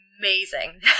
amazing